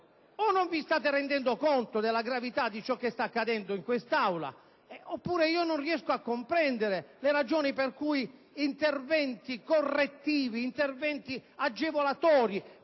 O non vi state rendendo conto della gravità di ciò che sta accadendo in quest'Aula oppure non riesco a comprendere le ragioni per cui interventi correttivi agevolatori